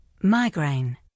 Migraine